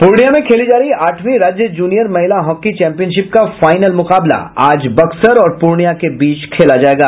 पूर्णियां में खेली जा रही आठवीं राज्य जूनियर महिला हॉकी चैंपियनशिप का फाईनल मुकाबला आज बक्सर और पूर्णिया के बीच होगा